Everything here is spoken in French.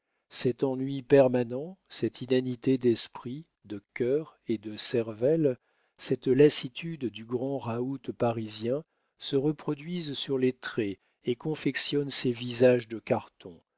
cet ennui permanent cette inanité d'esprit de cœur et de cervelle cette lassitude du grand raoût parisien se reproduisent sur les traits et confectionnent ces visages de carton